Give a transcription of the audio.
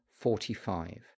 Forty-Five